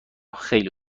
خیلی